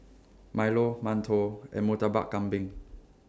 Milo mantou and Murtabak Kambing